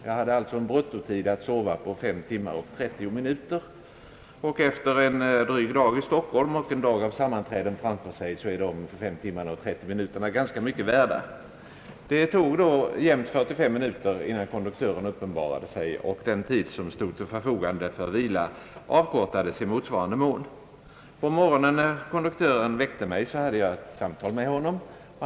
Jag hade alltså en bruttotid av 5 timmar 30 minuter att sova på. Efter en dryg dag i Stockholm och med en dag av sammanträden framför sig tycker man att dessa 5 timmar och 30 minuter är mycket värda. Det tog jämnt 45 minuter innan konduktören uppenbarade sig, och den tid som stod till förfogande för vila avkortades i motsvarande mån. När konduk tören väckte mig på morgonen hade jag ett samtal med honom.